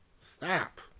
Stop